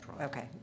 okay